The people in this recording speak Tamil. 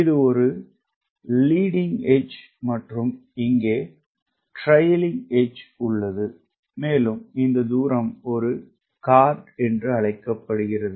இது ஒரு லீடிங் எட்ஜ் மற்றும் இங்கே ட்ரைக்ளிங் எட்ஜ் ல் உள்ளது மேலும் இந்த தூரம் ஒரு கார்ட் என்று அழைக்கப்படுகிறது